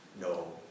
No